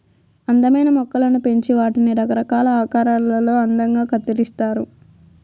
అందమైన మొక్కలను పెంచి వాటిని రకరకాల ఆకారాలలో అందంగా కత్తిరిస్తారు